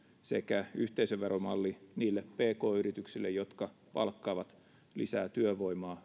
sekä yhteisöveromalli niille pk yrityksille jotka palkkaavat lisää työvoimaa